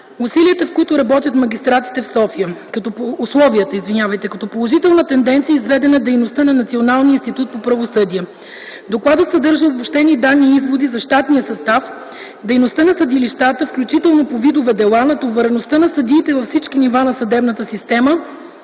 условията, в които работят магистратите в София. Като положителна тенденция е изведена дейността на Националния институт по правосъдие. Докладът съдържа обобщени данни и изводи за щатния състав, дейността на съдилищата, включително по видове дела, натовареността на съдиите във всички нива на съдебната система,